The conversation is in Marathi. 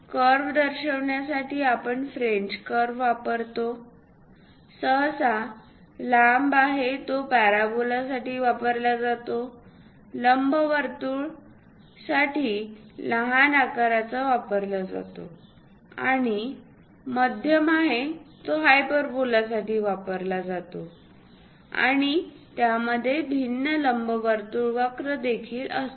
कर्व दर्शवण्यासाठी आपण फ्रेंच कर्व वापरतो सहसा लांब आहे तो पॅराबोलासाठी वापरला जातो लंबवर्तुळ साठी लहान आकाराचा वापरला जातो आणि मध्यम आहे तो हायपरबोलासाठी वापरतो आणि त्यामध्ये भिन्न लंबवर्तुळ वक्र देखील असतात